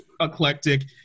eclectic